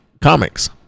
comics